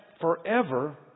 forever